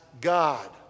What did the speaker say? God